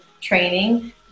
training